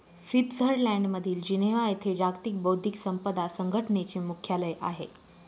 स्वित्झर्लंडमधील जिनेव्हा येथे जागतिक बौद्धिक संपदा संघटनेचे मुख्यालय आहे